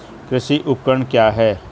कृषि उपकरण क्या है?